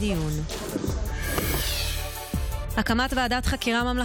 (תיקוני חקיקה להשגת יעדי התקציב לשנת התקציב 2025) (הקפאת עדכוני מס ומס